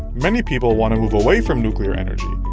many people want to move away from nuclear energy.